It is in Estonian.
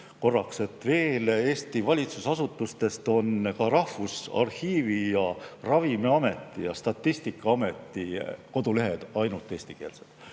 korraks, et Eesti [riigi]asutustest on ka Rahvusarhiivi, Ravimiameti ja Statistikaameti kodulehed ainult eestikeelsed.